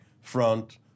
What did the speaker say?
front